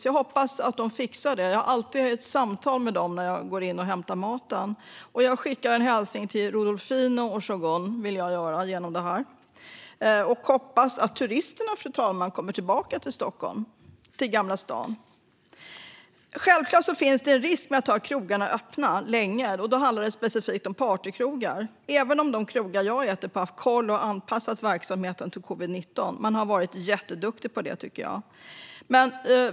Jag hoppas att de fixar det här; jag har alltid ett samtal med dem när jag går in och hämtar maten. Jag vill genom detta skicka en hälsning till Rodolfino och Shogun. Jag hoppas också, fru talman, att turisterna kommer tillbaka till Stockholm och till Gamla stan. Självklart finns det en risk med att ha krogarna öppna länge; det handlar specifikt om partykrogar. De krogar jag äter på har dock haft koll och anpassat verksamheten till covid-19 - de har varit jätteduktiga på det, tycker jag.